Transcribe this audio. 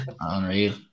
Unreal